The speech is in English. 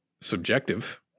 subjective